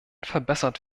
verbessert